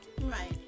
Right